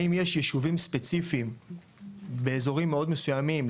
האם יש יישובים ספציפיים באזורים מאוד מסוימים,